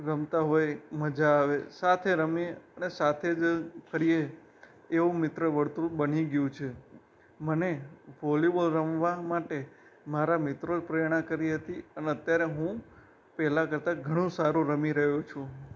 રમતા હોય મજા આવે સાથે રમીએ અને સાથે જ ફરીએ એવું મિત્ર વર્તુળ બની ગ્યુ છે મને વોલીબોલ રમવા માટે મારા મિત્રોએ પ્રેરણા કરી હતી અને અત્યારે હું પહેલાં કરતા ઘણું સારૂં રમી રહ્યો છું